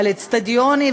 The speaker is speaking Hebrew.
על אצטדיונים,